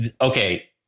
okay